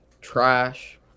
trash